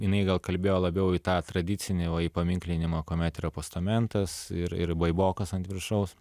jinai gal kalbėjo labiau į tą tradicinę o į paminklinimo kuomet yra postamentas ir ir baibokas ant viršaus